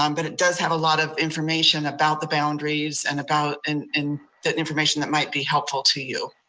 um but it does have a lot of information about the boundaries and about and and the information that might be helpful to you.